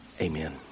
Amen